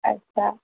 अच्छा